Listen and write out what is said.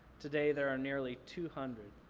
today there are nearly two hundred.